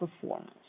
performance